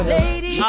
lady